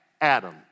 Adam